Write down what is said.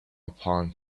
upon